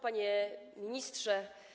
Panie Ministrze!